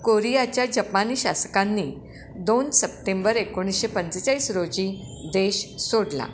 कोरियाच्या जपानी शासकांनी दोन सप्टेंबर एकोणीसशे पंचेचाळीस रोजी देश सोडला